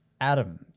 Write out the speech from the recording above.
Adam